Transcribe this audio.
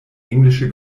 englische